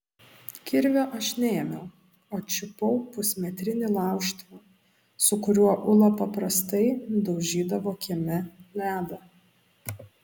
kirvio aš neėmiau o čiupau pusmetrinį laužtuvą su kuriuo ula paprastai nudaužydavo kieme ledą